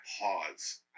pause